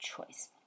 choice